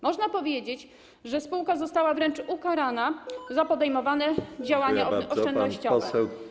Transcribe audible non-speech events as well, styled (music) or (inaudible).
Można powiedzieć, że spółka została wręcz ukarana (noise) za podejmowane działania oszczędnościowe.